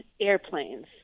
airplanes